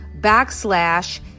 backslash